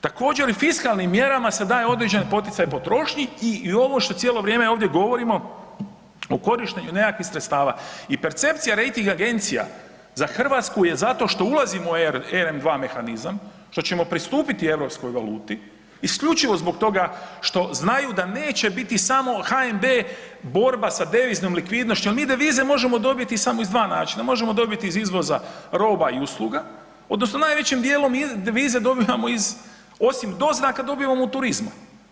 Također i fiskalnim mjerama se daje određeni poticaj potrošnji i ovo što cijelo vrijeme ovdje govorimo o korištenju nekakvih sredstava i percepcija rejting agencija za Hrvatsku je zato što ulazimo u ERM 2 mehanizam, što ćemo pristupiti europskoj valuti isključivo zbog toga što znaju da neće biti samo HND borba sa deviznom likvidnošću jer mi devize možemo dobiti samo iz dva načina, možemo dobiti iz izvoza roba i usluga odnosno najvećim dijelom devize dobivamo osim doznaka, dobivamo od turizma.